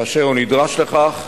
כאשר הוא נדרש לכך,